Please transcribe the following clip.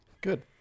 Good